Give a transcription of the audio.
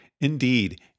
Indeed